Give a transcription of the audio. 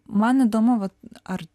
man įdomu va ar